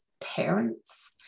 parents